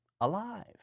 alive